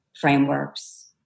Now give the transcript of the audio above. frameworks